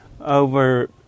over